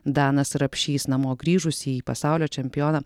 danas rapšys namo grįžusįjį pasaulio čempioną